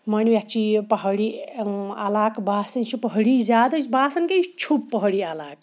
مٲنِو یَتھ چھِ یہِ پہٲڑی علاقہٕ باسان یہِ چھُ پہٲڑی زیادٕ یہِ چھ باسان کیٛاہ یہِ چھُ پہٲڑی علاقہٕ